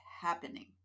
happening